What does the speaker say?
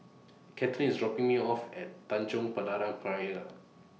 Cathryn IS dropping Me off At Tanjong Berlayer Pier